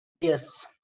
Yes